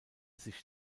sich